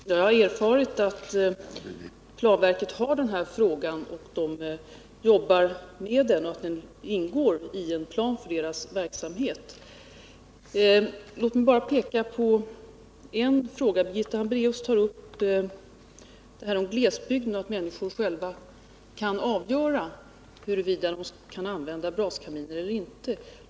Herr talman! Jag har erfarit att planverket jobbar med den här frågan och att den ingår i en plan för dess verksamhet. Birgitta Hambraeus talar om glesbygderna och menar att människorna själva kan avgöra huruvida de kan använda braskamin eller inte.